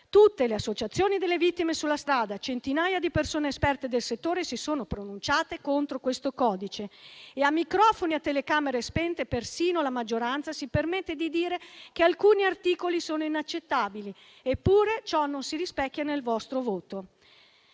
Tutte le associazioni delle vittime sulla strada, centinaia di persone esperte del settore, si sono pronunciate contro questo codice e a microfoni e telecamere spente persino la maggioranza si permette di dire che alcuni articoli sono inaccettabili. Eppure ciò non si rispecchia nel vostro voto.